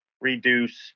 reduce